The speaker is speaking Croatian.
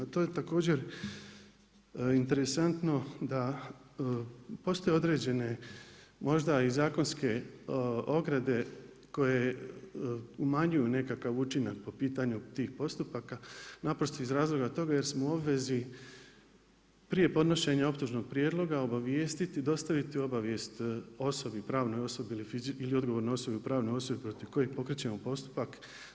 To je također interesantno da postoje određene možda i zakonske ograde koje umanjuju nekakav učinak po pitanju tih postupaka naprosto iz razloga toga jer smo u obvezi prije podnošenja optužnog prijedloga obavijestiti, dostaviti obavijest osobi, pravnoj osobi ili odgovornoj osobi u pravnoj osobi protiv koje pokrećemo postupak.